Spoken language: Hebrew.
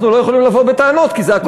אנחנו לא יכולים לבוא בטענות כי זה הכול כתוב.